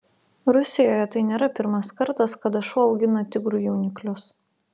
rusijoje tai nėra pirmas kartas kada šuo augina tigrų jauniklius